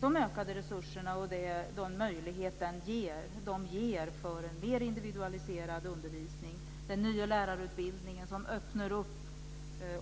Jag tänker på de ökade resurserna och de möjligheter de ger för en mer individualiserad undervisning, den nya lärarutbildningen som